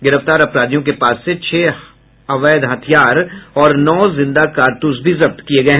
गिरफ्तार अपराधियों के पास से छह अवैध हथियार और नौ जिंदा कारतूस भी जब्त किये गये